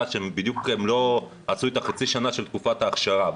שהם לא עשו בדיוק חצי שנה של תקופת ההכשרה.